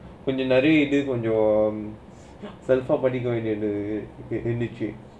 preliminary this is your இதே கொஞ்சும்:ithae konjam self energy